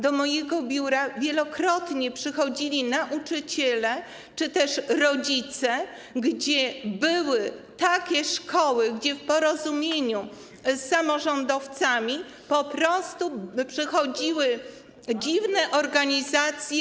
Do mojego biura wielokrotnie przychodzili nauczyciele czy też rodzice, gdzie były takie szkoły, gdzie w porozumieniu z samorządowcami po prostu przychodziły dziwne organizacje.